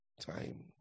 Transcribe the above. time